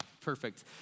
Perfect